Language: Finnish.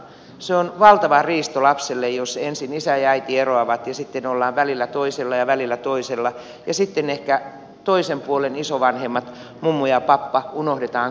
se on valtava riisto lapselle jos ensin isä ja äiti eroavat ja sitten ollaan välillä toisella ja välillä toisella ja sitten ehkä toisen puolen isovanhemmat mummu ja pappa unohdetaan kokonaan